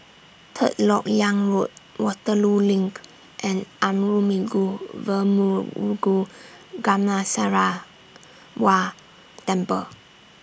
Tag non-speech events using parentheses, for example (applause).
Third Lok Yang Road Waterloo LINK and Arulmigu (unintelligible) Gamasarawa Temple